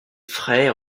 frais